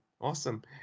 Awesome